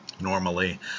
normally